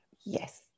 Yes